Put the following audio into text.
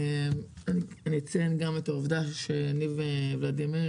אציין גם את העובדה שאני וולדימיר